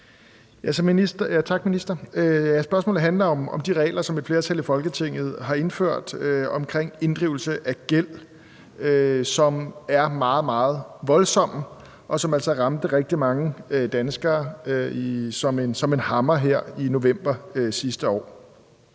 Tak, minister. Spørgsmålet handler om de regler, som et flertal i Folketinget har indført om inddrivelse af gæld, og som er meget, meget voldsomme og altså ramte rigtig mange danskere som en hammer her i november sidste år.